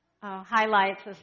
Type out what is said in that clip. highlights